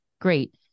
great